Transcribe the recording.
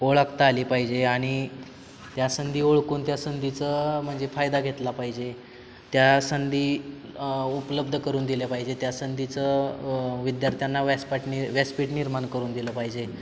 ओळखता आली पाहिजे आणि त्या संधी ओळखून त्या संधीचं म्हणजे फायदा घेतला पाहिजे त्या संधी उपलब्ध करून दिल्या पाहिजे त्या संधीचं विद्यार्थ्यांना व्यासपटनी व्यासपीठ निर्माण करून दिलं पाहिजे